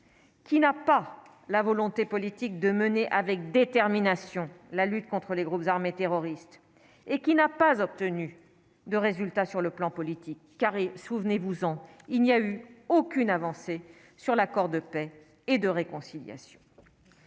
qui n'a pas la volonté politique de mener avec détermination la lutte contre les groupes armés terroristes et qui n'a pas obtenu de résultats sur le plan politique, car souvenez-vous en, il n'y a eu aucune avancée sur l'accord de paix et de réconciliation